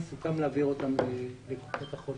סוכם להעביר לקופות החולים.